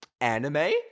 anime